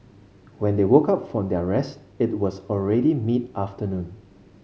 when they woke up from their rest it was already mid afternoon